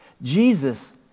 Jesus